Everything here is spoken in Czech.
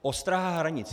Ostraha hranic.